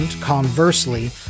Conversely